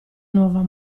nuova